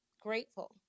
grateful